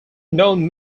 known